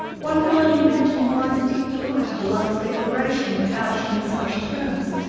one can only imagine y's deep delight at a lover's declaration couched in such terms.